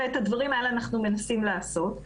ואת הדברים האלה אנחנו מנסים לעשות.